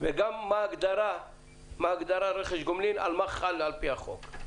וגם מה ההגדרה של רכש גומלין על מה שחל, לפי החוק.